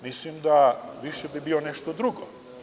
Mislim da bi više bio nešto drugo.